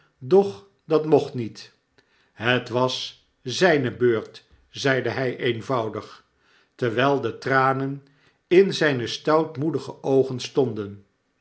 doch dat mocht niet hetwas zyne beurt zeidehy eenvoudig terwyl de tranen in zyne stoutmoedige oogen stonden